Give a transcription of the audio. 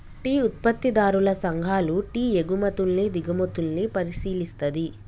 tea ఉత్పత్తిదారుల సంఘాలు tea ఎగుమతుల్ని దిగుమతుల్ని పరిశీలిస్తది